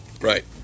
Right